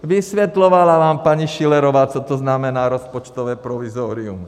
Vysvětlovala vám paní Schillerová, co to znamená rozpočtové provizorium.